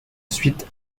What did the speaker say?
suite